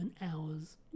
hours